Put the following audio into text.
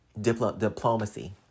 Diplomacy